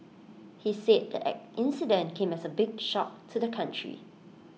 he said the incident came as A big shock to the country